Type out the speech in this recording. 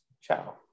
ciao